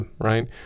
Right